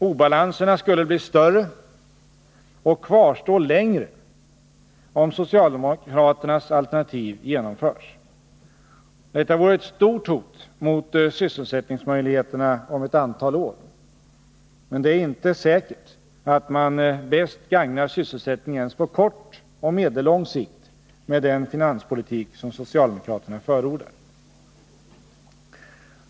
Obalanserna skulle bli större och kvarstå längre om socialdemokraternas alternativ genomfördes. Detta vore ett stort hot mot sysselsättningsmöjligheterna om ett antal år. Men det är inte säkert att man bäst gagnar sysselsättningen ens på kort och medellång sikt med den finanspolitik som socialdemokraterna förordar.